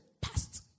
past